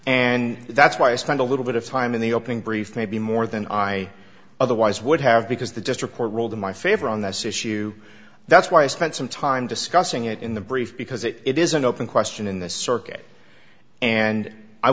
and that's why i spent a little bit of time in the opening brief maybe more than i otherwise would have because the district court ruled in my favor on this issue that's why i spent some time discussing it in the brief because it is an open question in the circuit and i